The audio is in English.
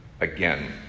again